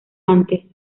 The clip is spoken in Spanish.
antes